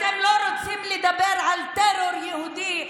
אתם לא רוצים לדבר על טרור יהודי,